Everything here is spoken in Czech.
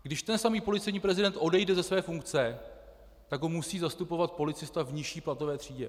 Když ten samý policejní prezident odejde ze své funkce, tak ho musí zastupovat policista v nižší platové třídě.